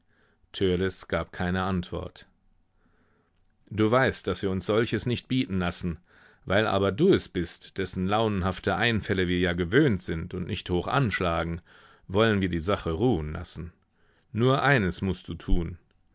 gab keine antwort du weißt daß wir uns solches nicht bieten lassen weil aber du es bist dessen launenhafte einfälle wir ja gewöhnt sind und nicht hoch anschlagen wollen wir die sache ruhen lassen nur eines mußt du tun